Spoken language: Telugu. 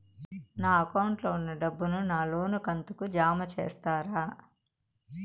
నా అకౌంట్ లో ఉన్న డబ్బును నా లోను కంతు కు జామ చేస్తారా?